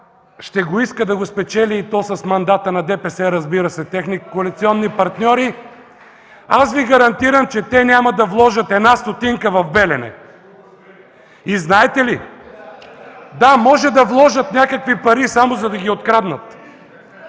тя ще иска да го спечели с мандата на ДПС, разбира се, техни коалиционни партньори, Ви гарантирам, че те няма да вложат нито една стотинка в „Белене”. (Реплики от КБ.) Да, могат да вложат някакви пари, само за да ги откраднат.